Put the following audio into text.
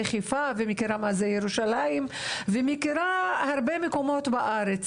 חיפה ומכירה מה זה ירושלים ומכירה הרבה מקומות בארץ.